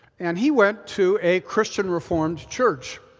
and he went to a christian reformed church,